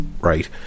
Right